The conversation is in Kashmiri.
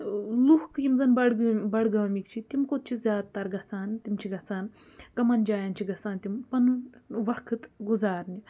لُکھ یِم زَن بَڈگٲمۍ بَڈگامٕکۍ چھِ تِم کوٚت چھِ زیادٕ تَر گژھان تِم چھِ گژھان کمَن جایَن چھِ گژھان تِم پَنُن وقت گُزارنہِ